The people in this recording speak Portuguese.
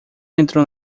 entrou